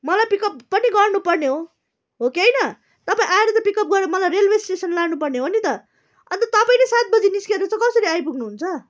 मलाई पिकअप पनि गर्नुपर्ने हो हो कि होइन तपाईँ आएर त पिकअप गरेर मलाई रेलवे स्टेसन लानु पर्ने हो नि त अन्त तपाईँले सात बजी निस्केर चाहिँ कसरी आइपुग्नु हुन्छ